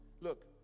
look